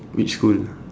which school